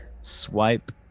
swipe